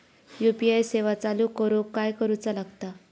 UPI सेवा चालू करूक काय करूचा लागता?